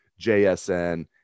JSN